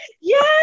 Yes